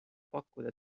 pakkuda